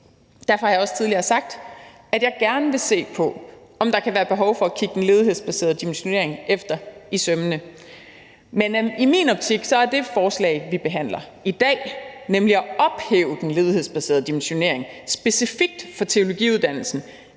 derfor har jeg også tidligere sagt, at jeg gerne vil se på, om der kan være behov for at kigge den ledighedsbaserede dimensionering efter i sømmene. Men i min optik er det forslag, vi behandler i dag, nemlig at ophæve den ledighedsbaserede dimensionering specifikt for teologiuddannelsen,